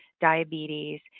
diabetes